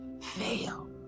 fail